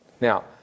Now